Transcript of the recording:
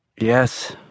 Yes